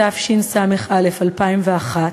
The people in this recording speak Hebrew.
התשס"א 2001,